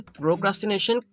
procrastination